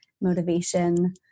motivation